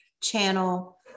channel